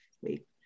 Wait